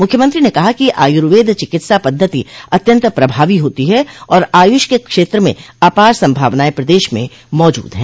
मुख्यमंत्री ने कहा कि आयुर्वेद चिकित्सा पद्वति अत्यंत पभावी होती है और आयुष क क्षेत्र में अपार संभावनाएं प्रदेश में मौजूद हैं